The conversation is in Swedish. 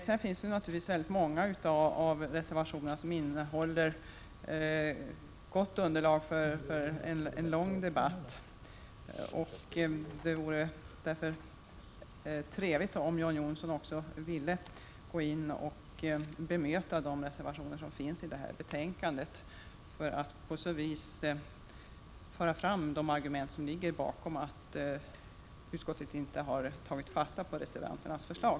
Många av reservationerna utgör ett gott underlag för en lång debatt. Det vore därför trevligt om John Johnsson ville gå upp och bemöta de reservationer som finns fogade till betänkandet och förde fram de argument som ligger bakom det faktum att utskottet inte har tagit fasta på reservanternas förslag.